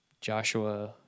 Joshua